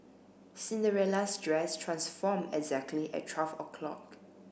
Cinderella's dress transformed exactly at twelve o'clock